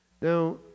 Now